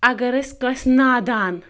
اگر أسۍ کٲنٛسہِ نادان